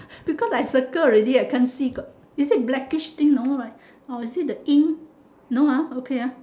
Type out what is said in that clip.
because I circle already I can't see got is it blackish thing no right or is it the ink no ah okay ah